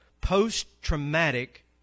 post-traumatic